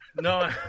No